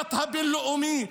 במשפט הבין-לאומי.